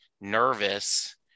nervous